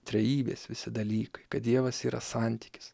trejybės visi dalykai kad dievas yra santykis